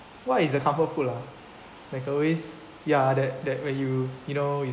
what is your comfort food ah like always ya that that when you you know you